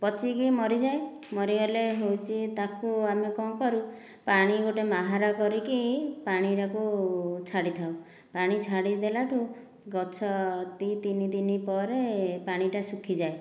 ପଚିକି ମରିଯାଏ ମରିଗଲେ ହେଉଛି ତାକୁ ଆମେ କ'ଣ କରୁ ପାଣି ଗୋଟିଏ ମାହାରା କରିକି ପାଣି ଗୁଡ଼ାକ ଛାଡ଼ିଥାଉ ପାଣି ଛାଡ଼ି ଦେଲାଠୁ ଗଛ ଦୁଇ ତିନିଦିନ ପରେ ପାଣିଟା ଶୁଖିଯାଏ